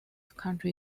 county